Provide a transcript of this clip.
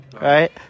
right